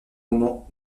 moment